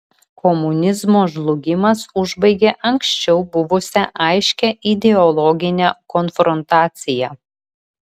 komunizmo žlugimas užbaigė anksčiau buvusią aiškią ideologinę konfrontaciją